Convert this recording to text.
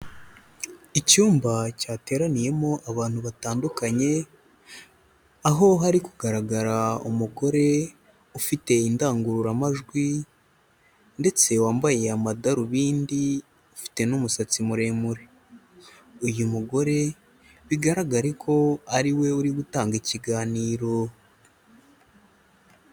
Icyumba cyateraniyemo abantu batandukanye, aho hari kugaragara umugore ufite indangururamajwi ndetse wambaye amadarubindi ufite n'umusatsi muremure, uyu mugore bigaragare ko ari we uri gutanga ikiganiro.